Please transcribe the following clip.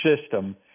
system